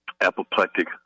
apoplectic